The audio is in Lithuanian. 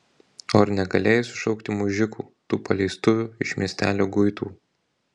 o ar negalėjai sušaukti mužikų tų paleistuvių iš miestelio guitų